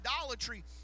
idolatry